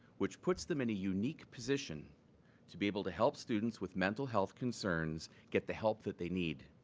which puts them in a unique position to be able to help students with mental health concerns get the help that they need.